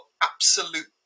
absolute